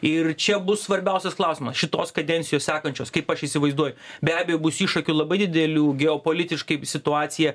ir čia bus svarbiausias klausimas šitos kadencijos sekančios kaip aš įsivaizduoju be abejo bus iššūkių labai didelių geopolitiškai situacija